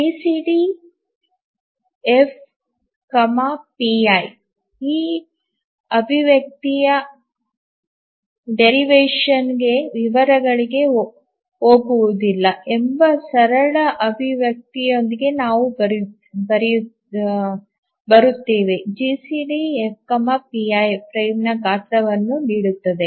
GCD F ಪೈGCDF pi ಈ ಅಭಿವ್ಯಕ್ತಿಯ ವ್ಯುತ್ಪನ್ನ ವಿವರಗಳಿಗೆ ಹೋಗುವುದಿಲ್ಲ ಎಂಬ ಸರಳ ಅಭಿವ್ಯಕ್ತಿಯೊಂದಿಗೆ ನಾವು ಬರುತ್ತೇವೆ GCD F pi GCDF pi ಫ್ರೇಮ್ನ ಗಾತ್ರವನ್ನು ನೀಡುತ್ತದೆ